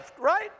right